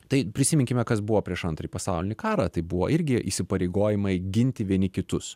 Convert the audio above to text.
tai prisiminkime kas buvo prieš antrąjį pasaulinį karą tai buvo irgi įsipareigojimai ginti vieni kitus